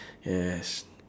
yes